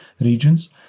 regions